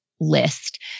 list